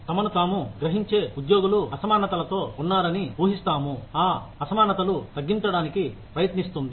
తమను తాము గ్రహించే ఉద్యోగులు అసమానతలతో ఉన్నారని ఊహిస్తాయి ఆ అసమానతలు తగ్గించడానికి ప్రయత్నిస్తుంది